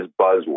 buzzword